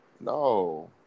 No